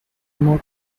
more